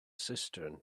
cistern